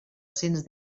cents